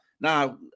now